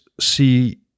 see